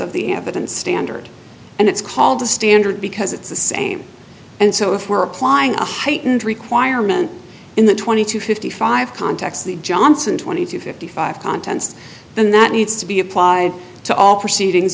of the evidence standard and it's called the standard because it's the same and so if we're applying a heightened requirement in the twenty to fifty five context the johnson twenty two fifty five contents then that needs to be applied to all proceedings